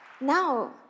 Now